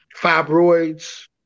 fibroids